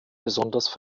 besonders